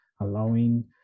allowing